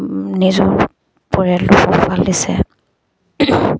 নিজৰ পৰিয়ালটো পোহপাল দিছে